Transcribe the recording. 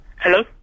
Hello